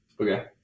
Okay